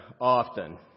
often